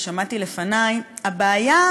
ששמעתי לפני: הבעיה,